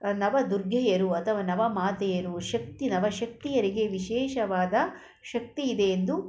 ನವದುರ್ಗೆಯರು ಅಥವಾ ನವಮಾತೆಯರು ಶಕ್ತಿ ನವಶಕ್ತಿಯರಿಗೆ ವಿಶೇಷವಾದ ಶಕ್ತಿ ಇದೆ ಎಂದು